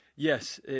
Yes